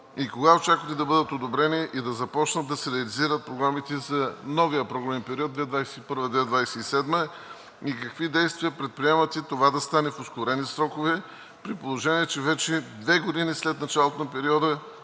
Кога очаквате да бъдат одобрени и да започнат да се реализират програмите за новия програмен период 2021 – 2027? И какви действия предприемате това да стане в ускорени срокове, при положение че вече две години след началото на периода